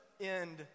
end